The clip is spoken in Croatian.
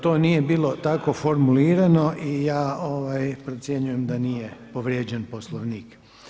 To nije bilo tako formulirano i ja procjenjujem da nije povrijeđen Poslovnik.